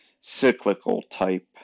cyclical-type